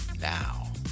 Now